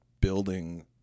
building